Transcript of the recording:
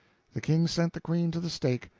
the king sent the queen to the stake,